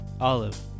Olive